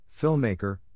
filmmaker